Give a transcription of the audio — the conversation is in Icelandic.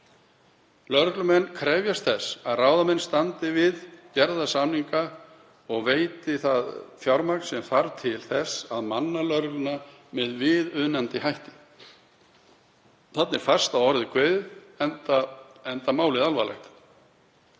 Lögreglumenn krefjast þess að ráðamenn standi við gerða samninga og veiti það fjármagn sem þarf til þess að manna lögregluna með viðunandi hætti.“ Þarna er fast að orði kveðið, enda málið alvarlegt.